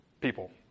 people